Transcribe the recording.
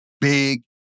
big